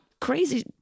Crazy